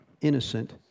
innocent